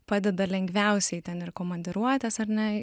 padeda lengviausiai ten ir komandiruotes ar ne